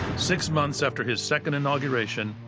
six months after his second inauguration,